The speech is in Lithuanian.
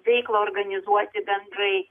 veiklą organizuoti bendrai